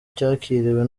cyakiriwe